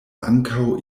ankaŭ